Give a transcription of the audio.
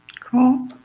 Cool